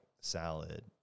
salad